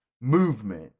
movement